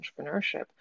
entrepreneurship